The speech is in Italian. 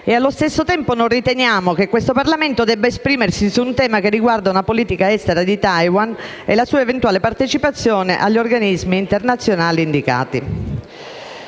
Allo stesso tempo, non riteniamo che il Parlamento debba esprimersi su un tema che riguarda la politica estera di Taiwan e la sua eventuale partecipazione agli organismi internazionali indicati.